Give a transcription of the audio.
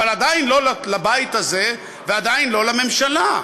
אבל עדיין לא לבית הזה ועדיין לא לממשלה.